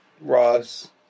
Ross